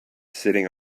sitting